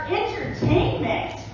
entertainment